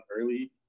early